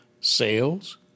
sales